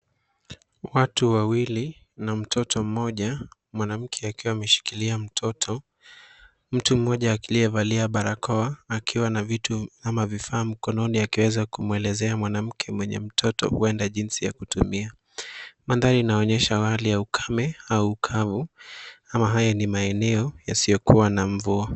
Watu wawili na mtoto mmoja, mwanamke akiwa ameshilia mtoto. Mtu mmoja aliyevalia barakoa, akiwa na vitu ama vifaa mkononi, akiweza kumwelezea mwanamke mwenye mtoto, huenda jinsi ya kutumia. Mandhari inaonyesha hali ya ukame au ukavu, ama haya ni maeneo yasiyokua na mvua.